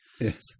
Yes